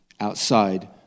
outside